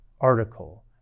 article